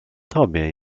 tobie